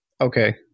Okay